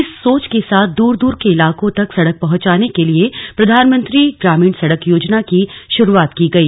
इसी सोच के साथ दूर दूर के इलाकों तक सड़क पहुंचाने के लिए प्रधानमंत्री ग्रामीण सड़क योजना की शुरुआत की गई